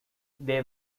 they